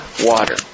water